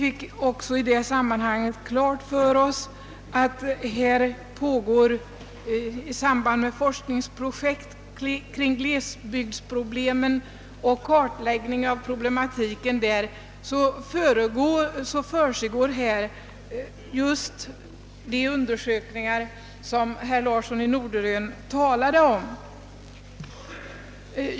I detta sammanhang fick vi klart för oss att det i anslutning till forskningsprojekt kring glesbygdsproblemen försiggår just sådana undersökningar som herr Larsson i Norderön talade om.